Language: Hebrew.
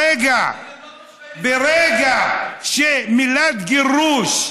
ברגע שהמילה "גירוש"